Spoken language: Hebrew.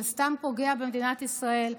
זה סתם פוגע במדינת ישראל.